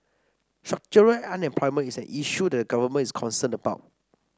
structural unemployment is an issue that the government is concerned about